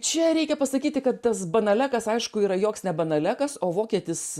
čia reikia pasakyti kad tas banalekas aišku yra joks ne banalekas o vokietis